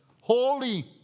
holy